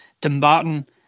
Dumbarton